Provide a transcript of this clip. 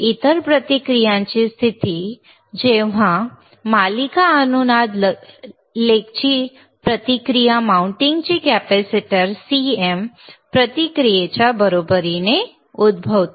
इतर प्रतिक्रियांची स्थिती जेव्हा मालिका अनुनाद लेगची प्रतिक्रिया माउंटिंग कॅपेसिटर CM प्रतिक्रियेच्या बरोबरीने उद्भवते